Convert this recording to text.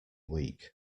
weak